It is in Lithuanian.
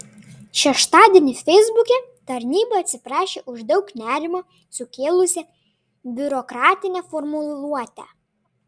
šeštadienį feisbuke tarnyba atsiprašė už daug nerimo sukėlusią biurokratinę formuluotę